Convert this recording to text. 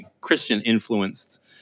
Christian-influenced